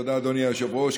תודה, אדוני היושב-ראש.